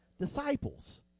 Disciples